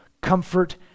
comfort